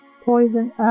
poison